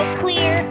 clear